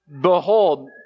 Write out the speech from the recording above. behold